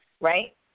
Right